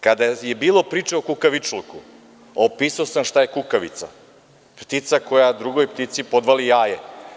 Kada je bilo priče o kukavičluku, opisao sam šta je kukavica - ptica koja drugoj ptici podvali jaje.